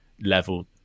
level